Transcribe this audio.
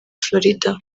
florida